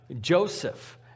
Joseph